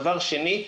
דבר שני,